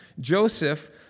Joseph